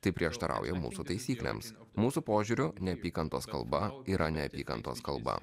tai prieštarauja mūsų taisyklėms mūsų požiūriu neapykantos kalba yra neapykantos kalba